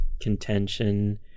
contention